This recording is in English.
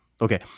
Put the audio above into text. Okay